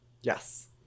Yes